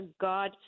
God